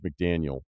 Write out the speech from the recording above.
McDaniel